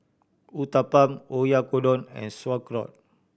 Uthapam Oyakodon and Sauerkraut